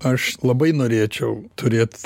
aš labai norėčiau turėt